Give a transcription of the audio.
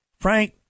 Frank